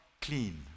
clean